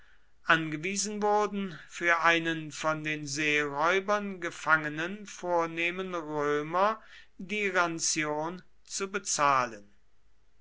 angewiesen wurden für einen von den seeräubern gefangenen vornehmen römer die ranzion zu bezahlen